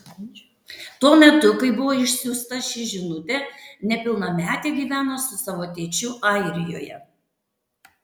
tuo metu kai buvo išsiųsta ši žinutė nepilnametė gyveno su savo tėčiu airijoje